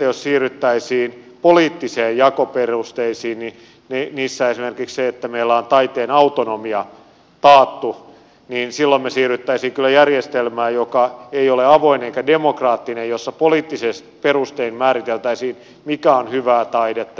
jos siirryttäisiin poliittisiin jakoperusteisiin niin silloin esimerkiksi se että meillä on taiteen autonomia taattu vaarantuisi ja silloin me siirtyisimme kyllä järjestelmään joka ei ole avoin eikä demokraattinen jossa poliittisin perustein määriteltäisiin mikä on hyvää taidetta